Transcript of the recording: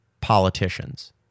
politicians